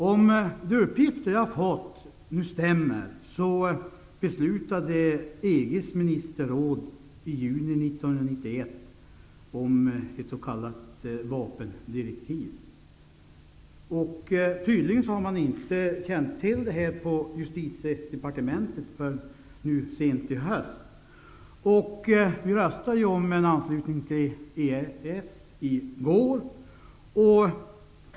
Om de uppgifter jag har fått stämmer beslutade EG:s ministerråd i juni 1991 om ett s.k. vapendirektiv. Man har tydligen inte känt till det här på Justitiedepartementet förrän sent i höst. Vi röstade om att anta EES-avtalet i går.